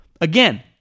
Again